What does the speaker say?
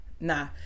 nah